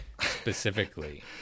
specifically